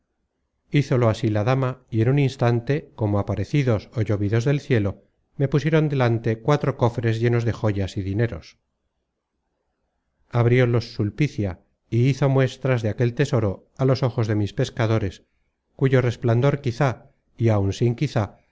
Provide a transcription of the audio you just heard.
hízolo así la dama y en un instante como aparecidos ó llovidos del cielo me pusieron delante cuatro cofres llenos de joyas y dineros abriólos sulpicia y hizo muestras de aquel tesoro á los ojos de mis pescadores cuyo resplandor quizá y áun sin quizá